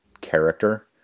character